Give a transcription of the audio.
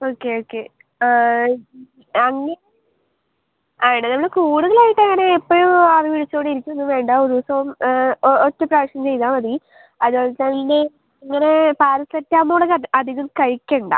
okay okay അങ്ങനെ നമ്മള് കൂടുതലായിട്ട് എപ്പഴും അങ്ങനെ വിളിച്ചോണ്ടിരിക്കുവോന്നും വേണ്ട ഒരു ദിവസം ഒറ്റ പ്രാവശ്യം ചെയ്താൽ മതി അതുപോലെ തന്നെ ഇങ്ങനെ പാരസെറ്റമോൾ അധികം കഴിക്കണ്ട